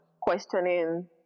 questioning